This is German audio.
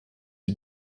die